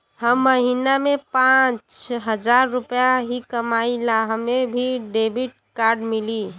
हम महीना में पाँच हजार रुपया ही कमाई ला हमे भी डेबिट कार्ड मिली?